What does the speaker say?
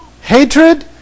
Hatred